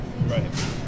Right